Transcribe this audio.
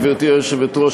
גברתי היושבת-ראש,